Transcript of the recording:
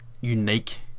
unique